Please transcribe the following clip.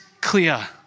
clear